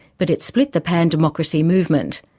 but it split the pan democracy movement.